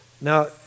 Now